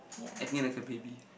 acting like a baby